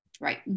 Right